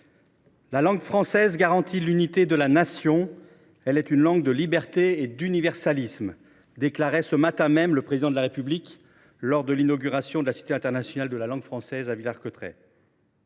« La langue française garantit l’unité de la Nation, elle est une langue de liberté et d’universalisme », déclarait ce matin même le Président de la République lors de l’inauguration de la Cité internationale de la langue française, à Villers Cotterêts.